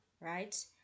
right